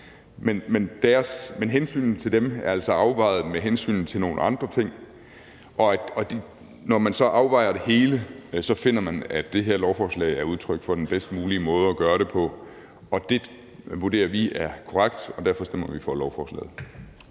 men hensynet til dem er altså afvejet op imod hensynet til nogle andre ting, og når man så afvejer det hele, finder man, at det her lovforslag er udtryk for den bedst mulige måde at gøre det på. Det vurderer vi er korrekt, og derfor stemmer vi for lovforslaget.